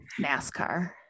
NASCAR